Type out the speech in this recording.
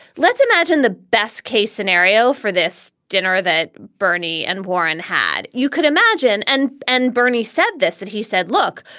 let's imagine the best case scenario for this dinner that bernie and warren had. you could imagine and and bernie said this, that he said, look,